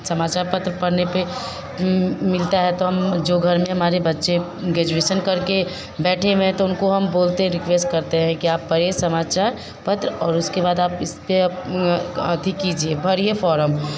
समाचार पत्र पढ़ने पर मिलता है तो हम जो घर में हमारे बच्चे ग्रेजुएशन करके बैठे हुए हैं तो हम उनको बोलते हैं रिक्वेस्ट करते हैं कि आप पढ़िए समाचार पत्र और उसके बाद आप इसपर अथि कीजिए भरिए फोरम